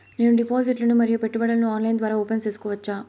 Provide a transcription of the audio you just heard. నేను డిపాజిట్లు ను మరియు పెట్టుబడులను ఆన్లైన్ ద్వారా ఓపెన్ సేసుకోవచ్చా?